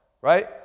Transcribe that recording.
right